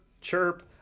chirp